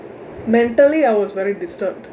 mentally I was very disturbed